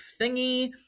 thingy